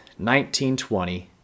1920